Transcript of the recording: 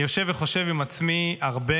אני יושב וחושב עם עצמי הרבה